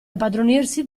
impadronirsi